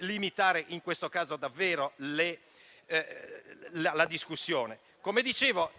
limitare - in questo caso, davvero - la discussione. Come dicevo,